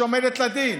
שעומדת לדין,